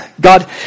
God